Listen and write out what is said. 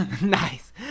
Nice